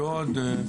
שוד,